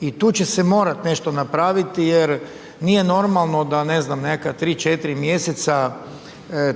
i tu će se morati nešto napraviti jer nije normalno da ne znam neka 3, 4 mjeseca